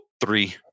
three